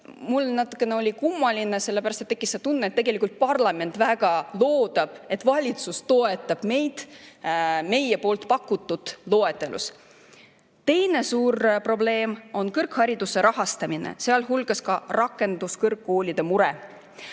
kummaline seda kuulda, sellepärast et tekkis tunne, et parlament väga loodab, et valitsus toetab meid meie pakutud loetelus. Teine suur probleem on kõrghariduse rahastamine, sealhulgas ka rakenduskõrgkoolide mure.